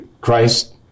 Christ